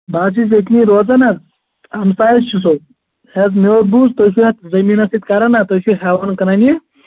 بہٕ حظ چھُس ییٚتِنٕے روزان حظ ہمسایہِ حظ چھُ سو سَر مےٚ حظ بوٗز تُہۍ چھُ یَتھ زٔمیٖنَس سۭتۍ کَران نہ تُہۍ چُھ ہٮ۪وان کٕنان یہِ